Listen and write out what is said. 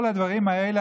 כל הדברים האלה.